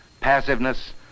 passiveness